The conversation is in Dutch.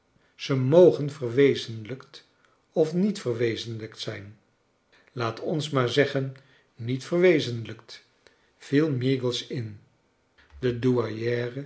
ze mogen verwezenlijkt of niet verwezenlijkt zijn laat ons maar zeggen niet verwezenlij kt viel meagles in de